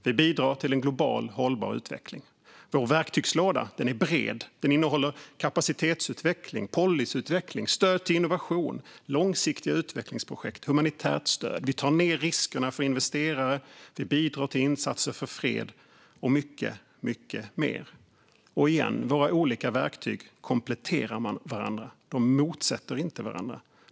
Vi bidrar till en global hållbar utveckling. Vår verktygslåda är bred. Den innehåller kapacitetsutveckling, policyutveckling, stöd till innovation, långsiktiga utvecklingsprojekt och humanitärt stöd. Vi tar ned riskerna för investerare, bidrar till insatser för fred och mycket mer. Än en gång: Våra olika verktyg kompletterar varandra; de står inte i motsättning till varandra.